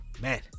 man